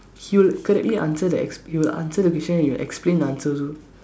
he will correctly answer the ex~ he'll answer the picture and he'll explain the answer also